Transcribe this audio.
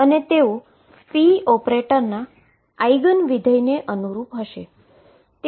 અને તેઓ p ઓપરેટરના આઈગન ફંક્શન ને અનુરૂપ હશે